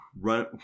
Run